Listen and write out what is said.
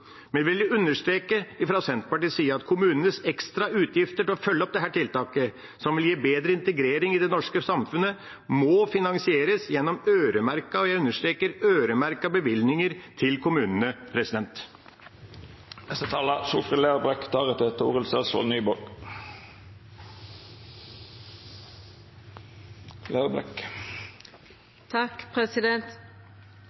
vi vil fra Senterpartiets side understreke at kommunenes ekstra utgifter til å følge opp dette tiltaket, som vil gi bedre integrering i det norske samfunnet, må finansieres gjennom øremerkede – og jeg understreker øremerkede – bevilgninger til kommunene.